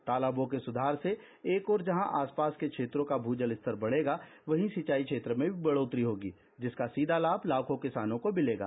तालाबों के सुधार से एक ओर जहां आसपास के क्षेत्रों का भूजल स्तर बढ़ेगा वहीं सिंचाई क्षेत्र में भी बढ़ोतरी होगी जिसका सीधा लाभ लाखों किसानों को मिलेगा